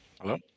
Hello